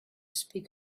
speak